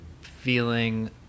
feeling